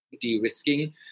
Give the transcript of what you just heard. de-risking